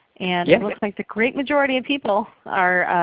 and it looks like the great majority of people are